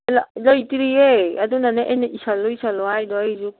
ꯂꯩꯇ꯭ꯔꯤꯌꯦ ꯑꯗꯨꯅꯅꯦ ꯑꯩꯅ ꯏꯁꯜꯂꯨ ꯏꯁꯜꯂꯨ ꯍꯥꯏꯗꯣ ꯑꯩꯁꯨ